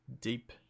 deep